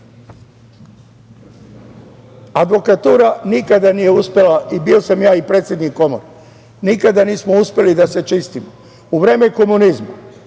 drugi. Advokatura nikada nije uspela, i bio sam ja i predsednik komore, nikada nismo uspeli da se čistimo. U vreme komunizma